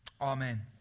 Amen